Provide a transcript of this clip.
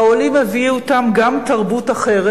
והעולים הביאו אתם גם תרבות אחרת,